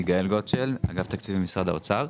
אגף התקציבים, משרד האוצר.